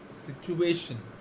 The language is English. situation